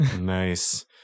Nice